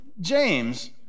James